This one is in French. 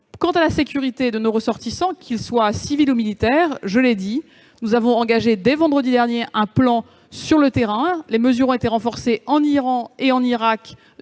Quant à la sécurité de nos ressortissants, qu'ils soient civils ou militaires, nous avons engagé dès vendredi dernier, je l'ai dit, un plan sur le terrain. Les mesures ont été renforcées en Iran et en Irak